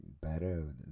better